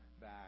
back